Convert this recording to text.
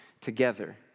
together